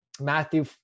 Matthew